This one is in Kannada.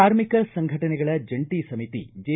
ಕಾರ್ಮಿಕ ಸಂಘಟನೆಗಳ ಜಂಟ ಸಮಿತಿ ಜೆ